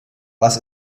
was